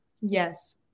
Yes